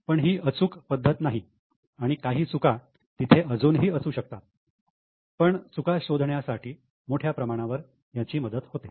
पण ही अचूक पद्धत नाही आणि काही चुका तिथे अजूनही असू शकतील पण चुका शोधण्यासाठी मोठ्या प्रमाणावर याची मदत होते